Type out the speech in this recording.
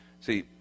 See